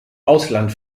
ausland